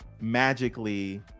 magically